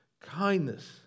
kindness